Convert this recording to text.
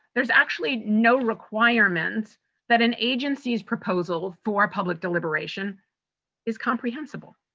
there's actually no requirement that an agency's proposal for public deliberation is comprehensible.